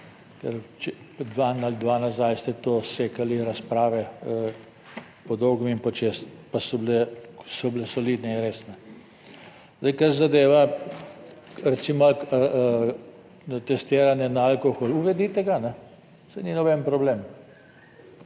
ker dan ali dva nazaj ste to sekali, razprave po dolgem in po čez, pa so bile solidne in res. Kar zadeva recimo testiranje na alkohol, uvedite ga, saj ni noben problem,